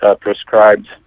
prescribed